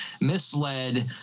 misled